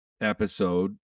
episode